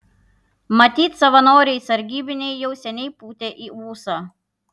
matyt savanoriai sargybiniai jau seniai pūtė į ūsą